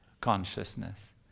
consciousness